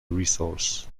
resource